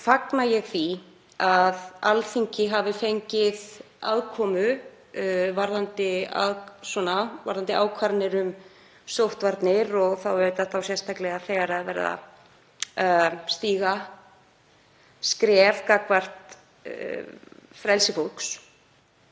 fagna ég því að Alþingi hafi fengið aðkomu varðandi ákvarðanir um sóttvarnir og þá sérstaklega þegar verið er að stíga skref er varða frelsi fólks.